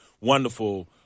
wonderful